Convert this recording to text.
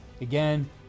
Again